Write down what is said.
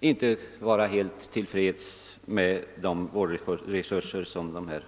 inte synes ha varit tillfredsställande.